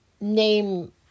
Name